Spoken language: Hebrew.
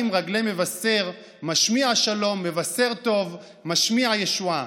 רגלי מבשר משמיע שלום מבשר טוב משמיע ישועה".